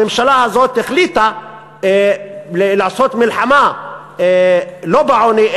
הממשלה הזאת החליטה לעשות מלחמה לא בעוני,